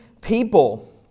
people